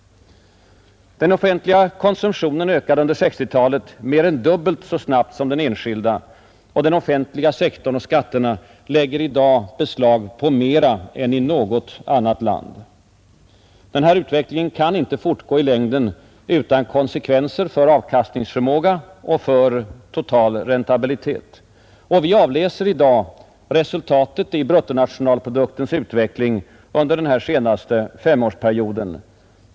Den offentliga konsumtionen ökade under 1960-talet mer än dubbelt så snabbt som den enskilda. Den offentliga sektorn och skatterna lägger i dag beslag på mera än i något annat land. Den här utvecklingen kan inte fortgå i längden utan konsekvenser för avkastningsförmåga och för total räntabilitet. Vi avläser i dag resultatet i bruttonationalproduktens utveckling under den senaste femårsperioden.